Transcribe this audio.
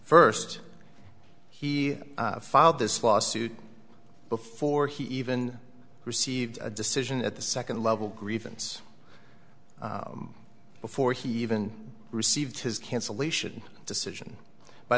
first he filed this lawsuit before he even received a decision at the second level grievance before he even received his cancellation decision by